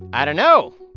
i don't know.